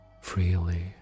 freely